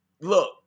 look